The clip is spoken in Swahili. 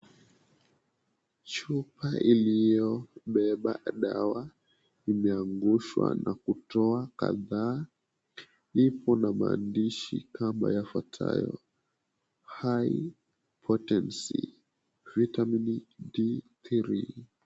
Chupa iliyobeba dawa, imeangushwa na kutoa kadhaa. Ipo na maandishi kama yafuatayo, High Potency Vitamin D3.